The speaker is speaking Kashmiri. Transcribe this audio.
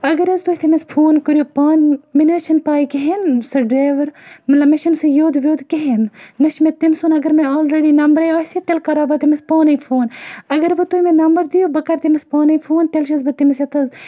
اگر حظ تُہۍ تمِس فون کٔرِو پانہ مےٚ نَہ حظ چھَ نہٕ پے کِہِنۍ سُہ ڈرایوَر نہ مےٚ چھُ نہٕ سُہ یوٚد ووٚد کِہِنۍ نَہ چھُ مےٚ تٔمۍ سُنٛد اگر مےٚ آلریٚڈی نَمبَرے آسہِ ہے تیٚلہِ کَرہا بہٕ تمِس پانے فون اگر وۄنۍ تُہۍ مےٚ نَمبَر دِیِو بہٕ کَرٕ تمِس پانے فون تیٚلہِ چھَس بہِ تمِس ییٚتہِ حظ